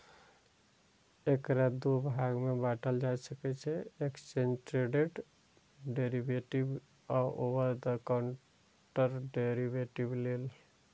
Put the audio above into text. एकरा दू भाग मे बांटल जा सकै छै, एक्सचेंड ट्रेडेड डेरिवेटिव आ ओवर द काउंटर डेरेवेटिव लेल